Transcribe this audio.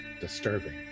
Disturbing